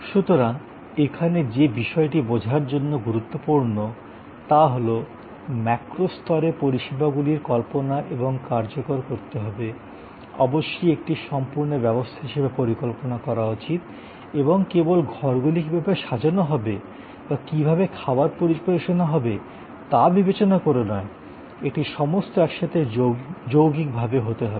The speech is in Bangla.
সুতরাং এখানে যে বিষয়টি বোঝার জন্য গুরুত্বপূর্ণ তা হল ম্যাক্রো স্তরে পরিষেবাগুলির কল্পনা এবং কার্যকর করতে হবে অবশ্যই একটি সম্পূর্ণ ব্যবস্থা হিসাবে পরিকল্পনা করা উচিত এবং কেবল ঘরগুলি কীভাবে সাজানো হবে বা কী ভাবে খাবার পরিবেশনা হবে তা বিবেচনা করে নয় এটি সমস্ত একসাথে যৌগিক ভাবে হতে হবে